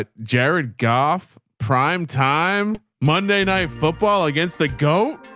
ah jared gaff, prime time, monday night football against the go.